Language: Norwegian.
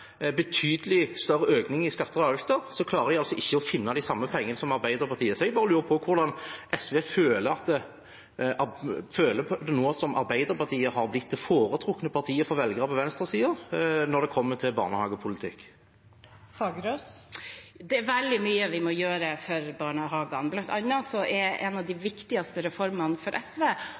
betydelig større økning i skatter og avgifter, klarer de ikke å finne de samme pengene som Arbeiderpartiet. Så jeg bare lurer på hvordan SV føler det nå som Arbeiderpartiet har blitt det foretrukne partiet for velgere på venstresiden når det kommer til barnehagepolitikk? Det er veldig mye vi må gjøre for barnehagene. Blant annet er en av de viktigste reformene for SV